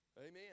Amen